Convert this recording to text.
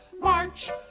march